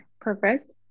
perfect